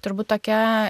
turbūt tokia